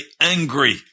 angry